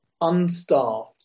unstaffed